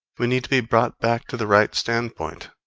we need to be brought back to the right standpoint,